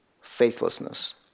faithlessness